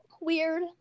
Weird